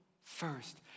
first